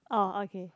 oh okay